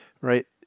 right